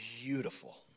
beautiful